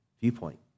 viewpoint